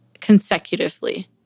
consecutively